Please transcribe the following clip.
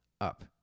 up